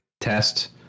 test